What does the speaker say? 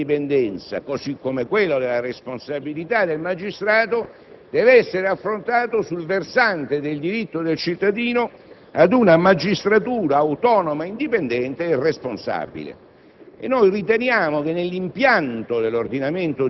cittadini. Il tema dell'autonomia e dell'indipendenza, così come quello della responsabilità del magistrato, deve quindi essere affrontato sul versante del diritto del cittadino ad una magistratura autonoma, indipendente e responsabile.